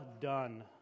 done